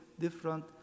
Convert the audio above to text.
different